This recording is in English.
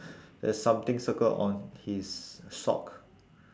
there's something circled on his sock